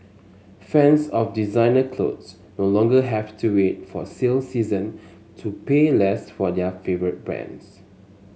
fans of designer clothes no longer have to wait for sale season to pay less for their favourite brands